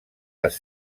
les